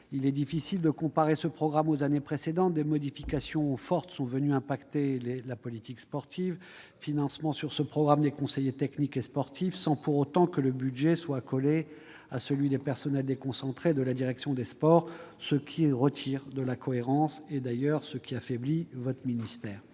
il est difficile de le comparer aux budgets des années précédentes. Des modifications fortes sont venues affecter la politique sportive : financement par le programme 219 des conseillers techniques sportifs, sans pour autant que le budget soit accolé à celui des personnels déconcentrés et de la direction des sports, ce qui manque de cohérence et affaiblit le ministère.